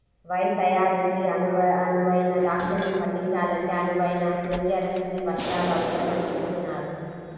wine తయారీకి అనువైన ద్రాక్షను పండించాలంటే అనువైన సూర్యరశ్మి వర్షాలు అవసరమని చెబుతున్నారు